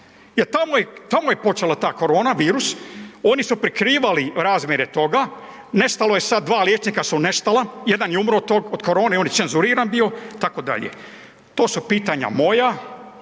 je, tamo je počela ta korona virus, oni su prikrivali razmjere toga, nestalo je sad 2 liječnika su nestala, jedan je umro od korone on je cenzuriran bio itd., to su pitanja moja.